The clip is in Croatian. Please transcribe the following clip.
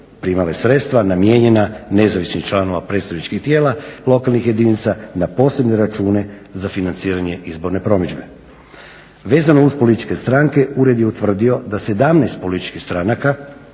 primale sredstva namijenjena nezavisnih članova predstavničkih tijela lokalnih jedinica na posebne račune za financiranje izborne promidžbe. Vezano uz političke stranke ured je utvrdio da 17 političkih stranaka